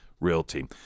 realty